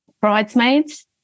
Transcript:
Bridesmaids